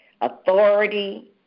authority